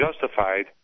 justified